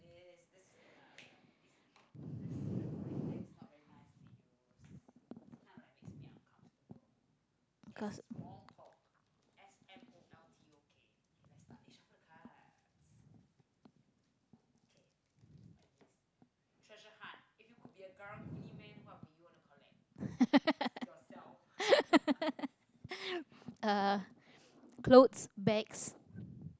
caus~ uh clothes bags